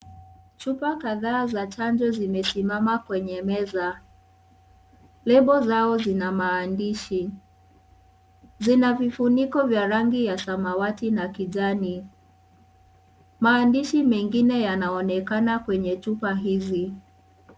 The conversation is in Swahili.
Chupa kadhaa za chanjo zimesimama kwenye meza. Lebo zao zina maandishi. Zina vifuniko vya rangi ya samawati na kijani. Maandishi mengine yanaonekana kwenye chupa hizi.